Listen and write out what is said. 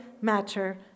matter